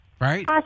right